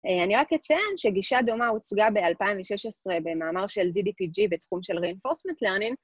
אני רק אציין שגישה דומה הוצגה ב-2016 במאמר של DDPG בתחום של reinforcement learning